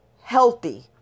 healthy